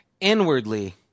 Inwardly